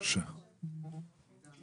לקבל סיוע כספי חד פעמי לשם רכישה או בנייה של